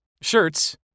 shirts